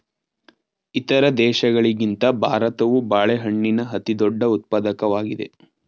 ಇತರ ದೇಶಗಳಿಗಿಂತ ಭಾರತವು ಬಾಳೆಹಣ್ಣಿನ ಅತಿದೊಡ್ಡ ಉತ್ಪಾದಕವಾಗಿದೆ